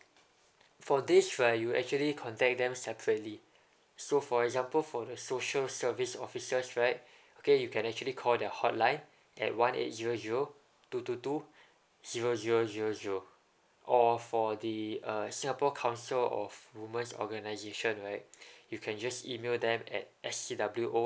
for this right you will actually contact them separately so for example for the social service offices right okay you can actually call the hotline at one eight zero zero two two two zero zero zero zero or for the uh singapore council of women's organisations right you can just email them at S_C_W_O